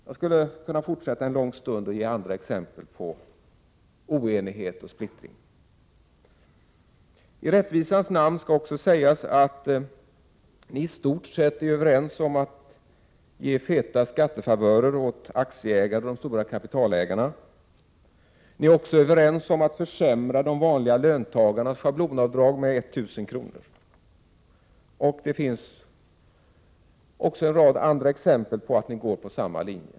Jag skulle kunna fortsätta en lång stund och ge andra exempel på oenighet och splittring. I rättvisans namn skall också sägas att ni i stort sett är överens om att ge feta skattefavörer åt aktieägare och de stora kapitalägarna. Ni är också överens om att försämra de vanliga löntagarnas schablonavdrag med 1 000 kr. Det finns en rad andra exempel på att ni går på samma linje.